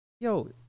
yo